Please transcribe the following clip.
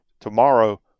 tomorrow